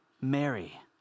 Mary